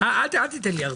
אל תיתן לי הרצאה.